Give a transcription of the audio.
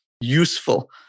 useful